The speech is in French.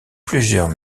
plusieurs